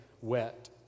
wet